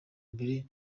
mbere